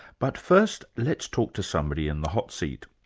but first, let's talk to somebody in the hot seat.